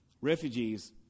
refugees